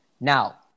Now